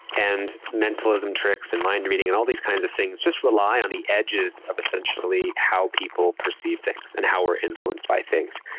and mentalism tricks and mind reading and all these kinds of things just rely on the edges of essentially how people perceive things and how we are influenced by things.